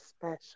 special